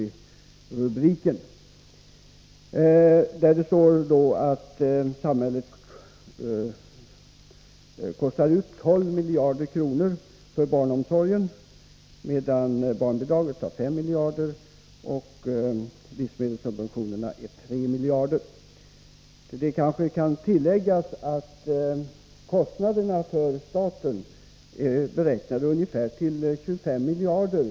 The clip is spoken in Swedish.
I denna ledare sägs att samhället betalar ut 12 miljarder kronor för barnomsorgen, medan barnbidraget tar 5 miljarder och livsmedelssubventionerna 3 miljarder. Till det kanske kan tilläggas att statens kostnader för barnfamiljerna är beräknade till ungefär 25 miljarder.